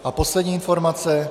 A poslední informace.